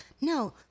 no